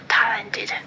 talented